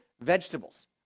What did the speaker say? vegetables